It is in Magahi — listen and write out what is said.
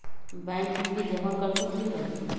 बैंक में भी जमा कर सकलीहल?